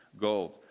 gold